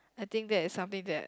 I think that is something that